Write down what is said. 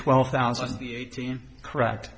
twelve thousand of the eighteen correct